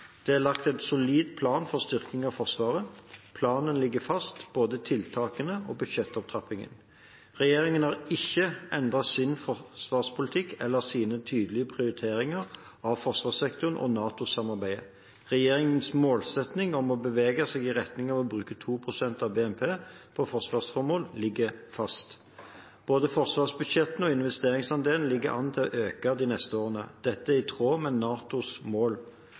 Det er lagt en solid plan for styrkingen av Forsvaret. Planen ligger fast – både tiltakene og budsjettopptrappingen. Regjeringen har ikke endret sin forsvarspolitikk eller sine tydelige prioriteringer av forsvarssektoren og NATO-samarbeidet. Regjeringens målsetting om å bevege seg i retning av å bruke 2 pst. av BNP på forsvarsformål ligger fast. Både forsvarsbudsjettene og investeringsandelen ligger an til å øke de neste årene. Dette er i tråd med NATOs mål.